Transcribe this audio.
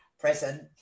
present